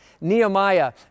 Nehemiah